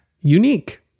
unique